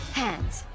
hands